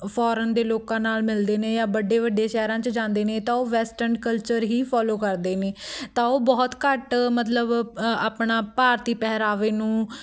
foreign ਦੇ ਲੋਕਾਂ ਨਾਲ ਮਿਲਦੇ ਨੇ ਜਾਂ ਵੱਡੇ ਵੱਡੇ ਸ਼ਹਿਰਾਂ ਚ ਜਾਂਦੇ ਨੇ ਤਾਂ ਉਹ ਵੈਸਟਰਨ ਕਲਚਰ ਹੀ ਫੋਲੋ ਕਰਦੇ ਨੇ ਤਾਂ ਉਹ ਬਹੁਤ ਘੱਟ ਮਤਲਬ ਆਪਣਾ ਭਾਰਤੀ ਪਹਿਰਾਵੇ ਨੂੰ